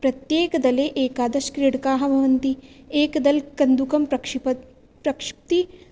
प्रत्येकदले एकादश क्रीडकाः भवन्ति एकदलं कन्दुकं प्रक्षिपति प्रक्षिपति